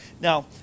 Now